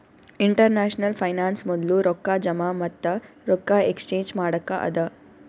international finance ಮೊದ್ಲು ರೊಕ್ಕಾ ಜಮಾ ಮತ್ತ ರೊಕ್ಕಾ ಎಕ್ಸ್ಚೇಂಜ್ ಮಾಡಕ್ಕ ಅದಾ